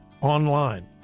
online